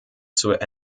zur